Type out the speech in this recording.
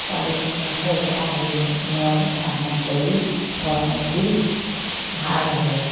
পোৱালিখিনি আকৌ একেটা সেই নিয়মত ডাঙৰ কৰি গৰম দি ভাল হ'ব